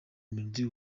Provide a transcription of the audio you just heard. melodie